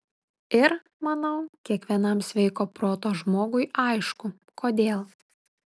ir manau kiekvienam sveiko proto žmogui aišku kodėl